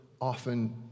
often